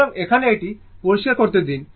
সুতরাং এখানে এটি পরিষ্কার করতে দিন